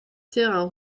terrain